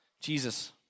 Jesus